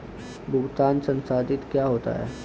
भुगतान संसाधित क्या होता है?